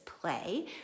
play